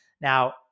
Now